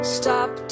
stop